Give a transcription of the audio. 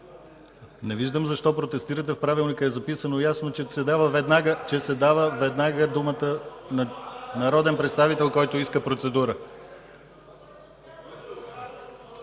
Не виждам защо протестирате. В Правилника ясно е записано, че се дава веднага думата на народен представител, който иска процедура.